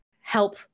help